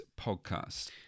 podcast